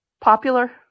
popular